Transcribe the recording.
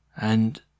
And